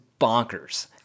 bonkers